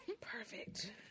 perfect